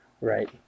right